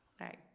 right